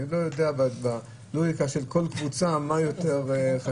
אני לא יודע בלוגיקה של כל קבוצה מה יותר חשוב.